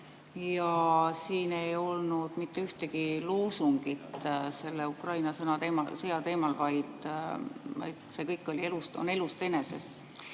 Ja siin ei olnud mitte ühtegi loosungit Ukraina sõja teemal, vaid see kõik on elust enesest.